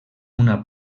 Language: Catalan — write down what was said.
una